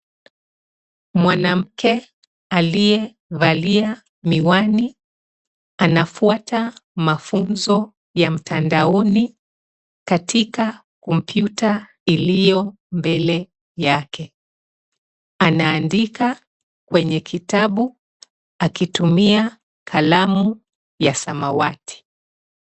Mwanamke aliyevalia miwani anafuata mafunzo ya mtandaoni katika kompyuta iliyo mbele yake ,anaandika kwenye kitabu akitumia kalamu ya samawati.